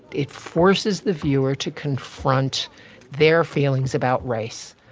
it forces the viewer to confront their feelings about race,